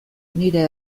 nire